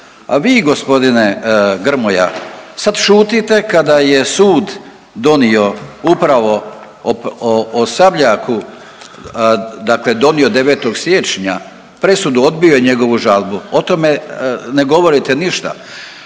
A vi g. Grmoja, sad šutite kada je sud donio upravo o Sabljaku, dakle donio 9. siječnja presudu, odbio je njegovu žalbu, o tome ne govorite ništa.